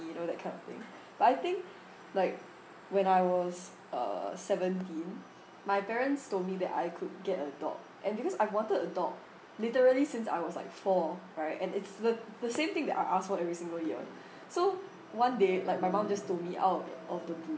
you know that kind of thing but I think like when I was uh seventeen my parents told me that I could get a dog and because I wanted a dog literally since I was like four right and it's the the same thing that I ask for every single year so one day like my mum just told me out of the blue